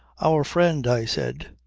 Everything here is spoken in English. our friend, i said,